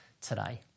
today